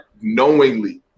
knowingly